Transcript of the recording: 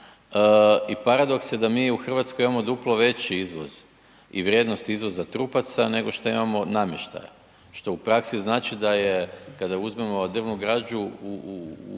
I paradoks je da mi u Hrvatskoj imamo duplo veći iznos i vrijednost izvoza trupaca nego šta imamo namještaja što u praksi znači da je kada uzmemo drvnu građu u odnos